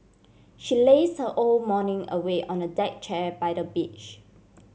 she laze her whole morning away on a deck chair by the beach